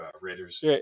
Raiders